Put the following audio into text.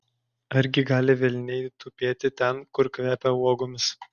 argi gali velniai tupėti ten kur kvepia uogomis